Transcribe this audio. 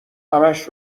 همش